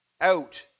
out